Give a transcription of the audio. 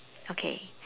okay